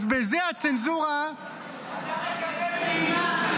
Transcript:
אז בזה הצנזורה --- אתה מקבל טעימה,